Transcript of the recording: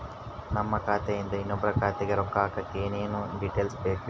ನಮ್ಮ ಖಾತೆಯಿಂದ ಇನ್ನೊಬ್ಬರ ಖಾತೆಗೆ ರೊಕ್ಕ ಹಾಕಕ್ಕೆ ಏನೇನು ಡೇಟೇಲ್ಸ್ ಬೇಕರಿ?